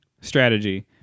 strategy